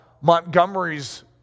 Montgomery's